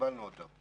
קיבלנו אותו.